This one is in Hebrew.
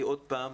אני מסכם.